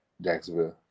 Jacksonville